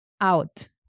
out